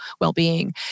well-being